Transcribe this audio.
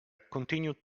continued